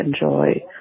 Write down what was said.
enjoy